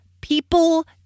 people